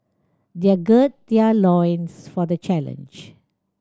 they are gird their loins for the challenge